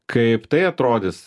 kaip tai atrodys